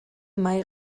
mahai